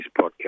podcast